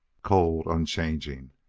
cold, unchanging,